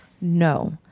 No